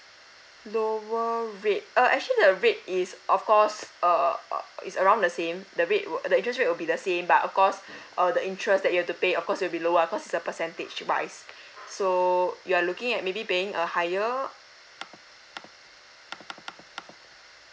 lower rate uh actually the rate is of course uh it's around the same the rate would the interest rate would be the same but of course uh the interest that you have to pay of course will be below because it's a percentage wise so you are looking at maybe paying a higher